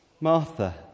Martha